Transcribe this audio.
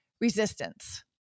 resistance